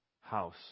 house